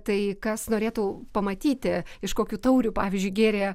tai kas norėtų pamatyti iš kokių taurių pavyzdžiui gėrė